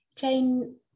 Jane